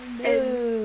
no